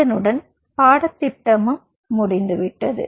இதனுடன் பாடத்திட்டமும் முடிந்துவிட்டது